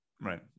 Right